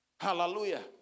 Hallelujah